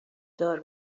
دار